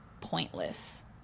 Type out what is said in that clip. pointless